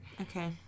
Okay